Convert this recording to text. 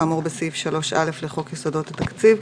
כאמור בסעיף 3א לחוק יסודות התקציב,